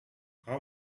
how